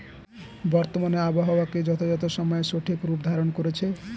বর্তমানে আবহাওয়া কি যথাযথ সময়ে সঠিক রূপ ধারণ করছে?